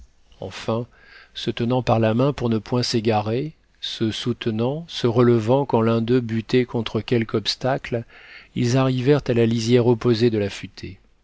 enfin se tenant par la main pour ne point s'égarer se soutenant se relevant quand l'un d'eux buttait contre quelque obstacle ils arrivèrent à la lisière opposée de